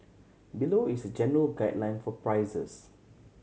below is a general guideline for prices